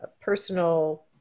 personal